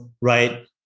right